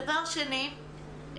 דבר שני,